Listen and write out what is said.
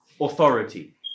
authority